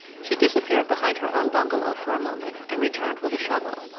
she disappeared behind her own bungalow for a moment and returned with a shovel.